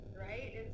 right